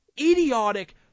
Idiotic